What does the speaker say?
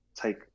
take